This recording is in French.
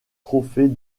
trophée